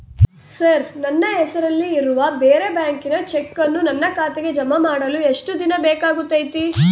Sir ನನ್ನ ಹೆಸರಲ್ಲಿ ಇರುವ ಬೇರೆ ಬ್ಯಾಂಕಿನ ಚೆಕ್ಕನ್ನು ನನ್ನ ಖಾತೆಗೆ ಜಮಾ ಮಾಡಲು ಎಷ್ಟು ದಿನ ಬೇಕಾಗುತೈತಿ?